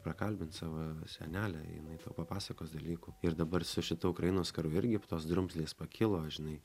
prakalbint savo senelę jinai tau papasakos dalykų ir dabar su šitu ukrainos karu irgi tos drumzlės pakilo žinai